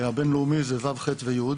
הבינלאומי זה ו' ח' ו-י'.